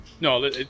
No